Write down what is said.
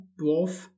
dwarf